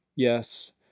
Yes